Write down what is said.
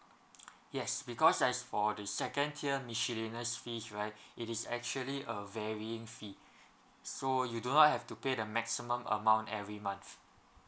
yes because as for the second tier miscellaneous fees right it is actually a varying fee so you do not have to pay the maximum amount every month